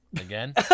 Again